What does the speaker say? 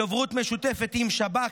בדוברות משותפת עם שב"כ,